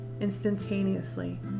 instantaneously